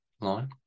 line